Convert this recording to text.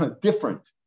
different